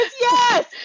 yes